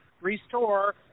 restore